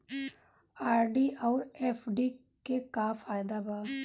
RD आउर FD के का फायदा बा?